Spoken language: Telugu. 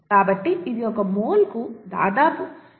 కాబట్టి ఇది ఒక మోల్కు దాదాపు 7